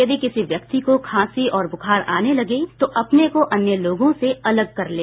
यदि किसी व्यक्ति को खांसी और बुखार आने लगे तो अपने को अन्य लोगों से अलग कर लें